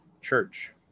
church